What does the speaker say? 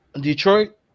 Detroit